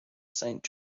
saint